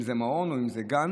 אם זה מעון או אם זה גן,